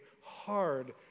hard